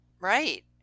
Right